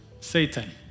Satan